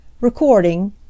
Recording